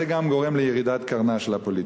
וזה גם גורם לירידת קרנה של הפוליטיקה.